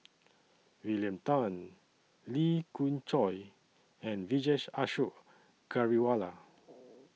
William Tan Lee Khoon Choy and Vijesh Ashok Ghariwala